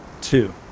Two